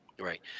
right